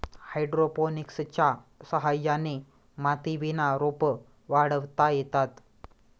हायड्रोपोनिक्सच्या सहाय्याने मातीविना रोपं वाढवता येतात